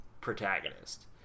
protagonist